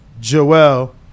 Joel